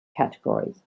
categories